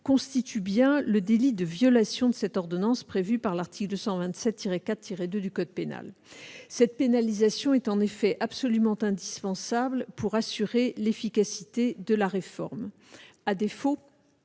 constitue bien un délit de violation de cette ordonnance prévue par l'article 227-4-2 du code pénal. Cette pénalisation est en effet absolument indispensable pour assurer l'efficacité de la réforme.